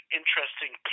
interesting